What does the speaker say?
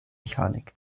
mechanik